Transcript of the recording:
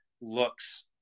looks